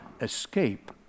escape